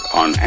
on